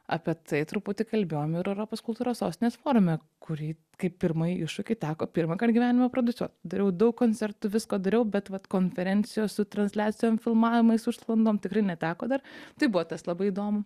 apie tai truputį kalbėjom ir europos kultūros sostinės forume kurį kaip pirmąjį iššūkį teko pirmąkart gyvenime prodiusuot dariau daug koncertų visko dariau bet vat konferencijos su transliacijom filmavimais užsklandom tikrai neteko dar tai buvo tas labai įdomu